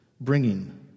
bringing